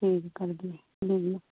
G thank you جی جی